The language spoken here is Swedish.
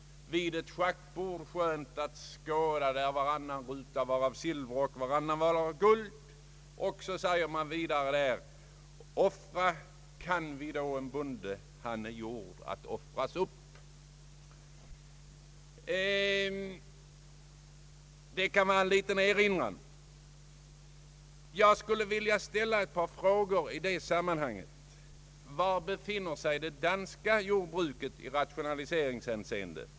Där heter det på följande sätt: vid ett schackbord, skönt att skåda. Silver var varannan ruta, Det heter vidare: »Frälsas kan han med en bonde, den är gjord att offras opp.» Det kan vara en liten erinran. Jag vill ställa ett par frågor i det sammanhanget. Var befinner sig det danska jordbruket i rationaliseringshänseende?